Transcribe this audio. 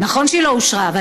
אבל היא לא אושרה עדיין.